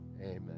Amen